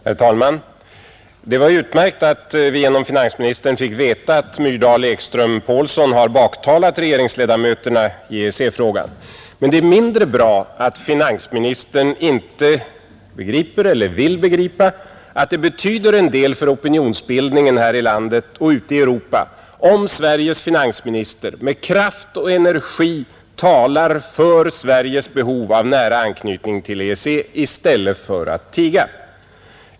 Herr talman! Det var utmärkt att vi genom finansministern fick veta att Myrdal-Ekström-Pålsson har baktalat regeringsledamöterna i EEC frågan. Men det är mindre bra att finansministern inte begriper eller inte vill begripa att det betyder en del för opinionsbildningen här i landet och ute i Europa om Sveriges finansminister med kraft och energi talar för Sveriges behov av nära anknytning till EEC i stället för att tiga.